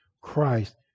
Christ